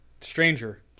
stranger